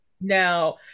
now